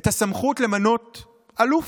את הסמכות למנות אלוף.